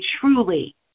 truly